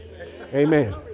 Amen